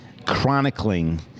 chronicling